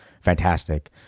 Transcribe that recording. fantastic